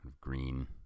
Green